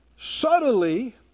subtly